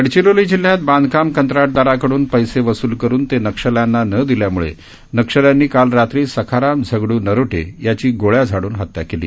गडचिरोली जिल्ह्यात बांधकाम कंत्राटदाराकडुन पैसे वसूल करुन ते नक्षल्यांना न दिल्यामुळे नक्षल्यांनी काल रात्री सखाराम झगड़ नरोटे याची गोळ्या झाड़न हत्या केली